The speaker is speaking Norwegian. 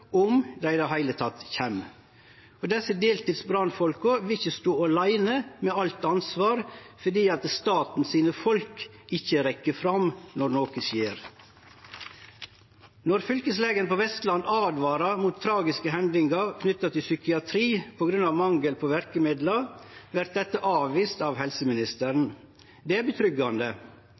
om dei i det heile tatt kjem. Desse deltidsbrannfolka vil ikkje stå åleine med alt ansvar fordi statens folk ikkje rekk fram når noko skjer. Når fylkeslegen på Vestlandet åtvarar mot tragiske hendingar innan psykiatri på grunn av mangel på verkemiddel, vert dette avvist av helseministeren. Det er